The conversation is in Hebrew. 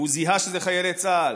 והוא זיהה שהם חיילי צה"ל,